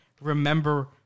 remember